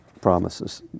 promises